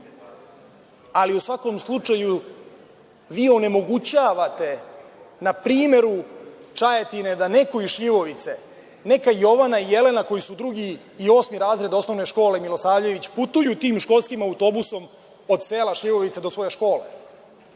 ali, u svakom slučaju, vi onemogućavate na primeru Čajetine da nekoj iz Šljivovice, neka Jovana i Jelena koji su drugi i osmi razred Osnovne škole „Milosavljević“ putuju tim školskim autobusom od sela Šljivovice do svoje škole.